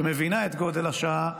שמבינה את גודל השעה,